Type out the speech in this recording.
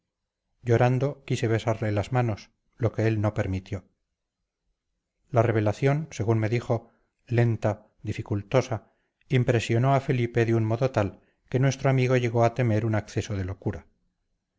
llorando quise besarle las manos lo que él no permitió la revelación según me dijo lenta dificultosa impresionó a felipe de un modo tal que nuestro amigo llegó a temer un acceso de locura